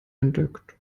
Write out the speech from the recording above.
entdeckt